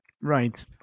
Right